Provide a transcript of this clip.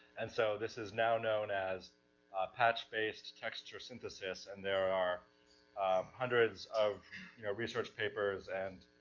and so this is now known as patch-based texture synthesis, and there are hundreds of you know research papers and